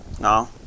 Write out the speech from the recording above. No